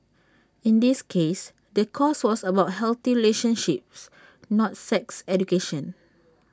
in this case the course was about healthy relationships not sex education